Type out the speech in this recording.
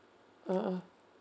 mmhmm